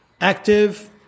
active